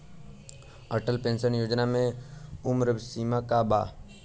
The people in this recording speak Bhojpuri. अटल पेंशन योजना मे उम्र सीमा का बा?